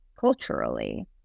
culturally